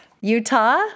Utah